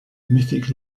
mythic